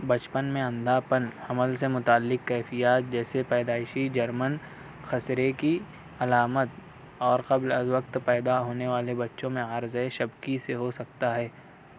بچپن میں اندھا پن حمل سے متعلق کیفیات جیسے پیدائشی جرمن خسرے کی علامت اور قبل از وقت پیدا ہونے والے بچوں میں عارضَۂِ شبکی سے ہو سکتا ہے